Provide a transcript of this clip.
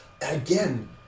Again